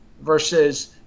versus